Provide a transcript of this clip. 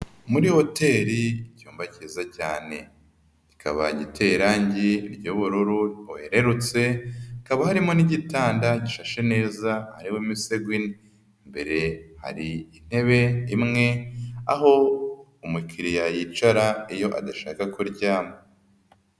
Muri hoteli icyumba kiza cyane. Kikaba giteye irangi ry'ubururu bwererutse, hakaba harimo n'igitanda gishashe neza, harimo n'imisego ine. Imbere hari intebe imwe, aho umukiriya yicara iyo adashaka kuryama.